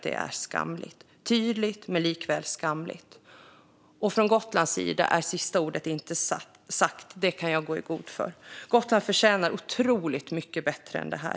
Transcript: Det är tydligt men likväl skamligt. Från Gotlands sida är sista ordet inte sagt - det kan jag gå i god för. Gotland förtjänar otroligt mycket bättre än så.